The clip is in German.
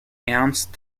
ernst